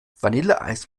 vanilleeis